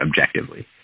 objectively